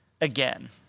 again